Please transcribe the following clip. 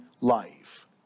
life